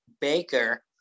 Baker